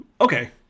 okay